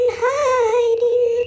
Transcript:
hiding